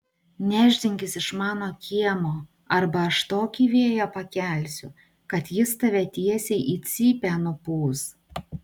nešdinkis iš mano kiemo arba aš tokį vėją pakelsiu kad jis tave tiesiai į cypę nupūs